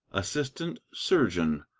assistant surgeon,